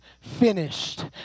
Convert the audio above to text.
finished